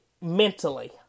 mentally